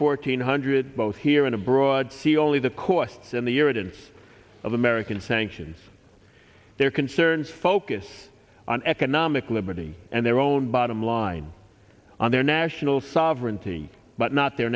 fourteen hundred both here and abroad see only the costs and the irritants of american sanctions their concerns focus on economic liberty and their own bottom line on their national sovereignty but not their